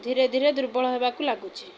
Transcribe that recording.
ଧୀରେ ଧୀରେ ଦୁର୍ବଳ ହେବାକୁ ଲାଗୁଛି